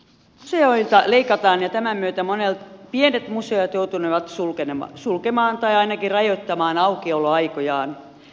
museoilta leikataan ja tämän myötä monet pienet museot joutunevat sulkemaan tai ainakin rajoittamaan aukioloaikojaan